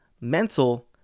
Mental